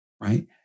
right